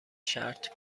شرط